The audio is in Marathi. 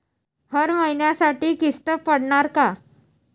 हर महिन्यासाठी किस्त पडनार का?